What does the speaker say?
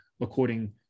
according